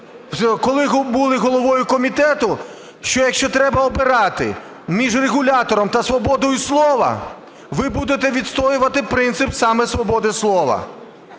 коли були головою комітету, що, якщо треба обирати між регулятором та свободою слова, ви будете відстоювати принцип саме свободи слова.